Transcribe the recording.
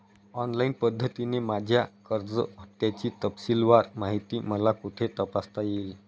Online पद्धतीने माझ्या कर्ज हफ्त्याची तपशीलवार माहिती मला कुठे तपासता येईल?